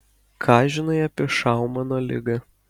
ką žinai apie šaumano ligą